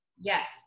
Yes